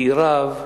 כי רב בישראל,